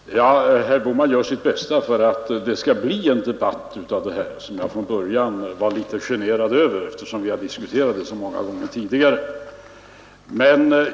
Herr talman! Herr Bohman gör sitt bästa för att det skall bli en debatt av det här. Jag var från början litet generad över det hela, eftersom vi har diskuterat frågan så många gånger tidigare.